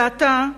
ואתה,